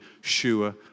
sure